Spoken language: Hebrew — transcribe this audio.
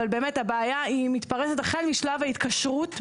אבל באמת הבעיה היא מתפרסת החל משלב ההתקשרות,